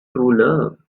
truelove